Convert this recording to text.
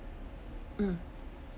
mm